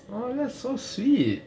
!aww! that's so sweet